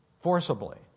forcibly